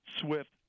swift